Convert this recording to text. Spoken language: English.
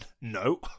no